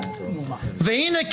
והנה,